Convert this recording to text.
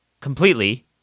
completely